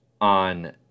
on